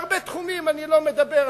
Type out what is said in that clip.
בהרבה תחומים אני לא מדבר.